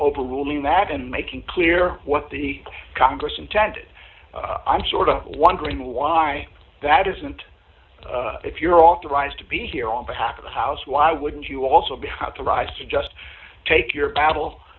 overruling that and making clear what the congress intented i'm sort of wondering why that isn't if you're authorized to be here on behalf of the house why wouldn't you also be how to rise to just take your battle